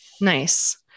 nice